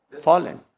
Fallen